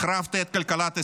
החרבת את כלכלת ישראל,